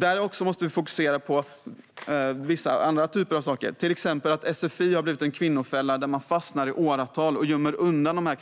Vi måste också fokusera på andra saker av denna typ, till exempel att sfi har blivit en kvinnofälla där man fastnar i åratal. Kvinnorna göms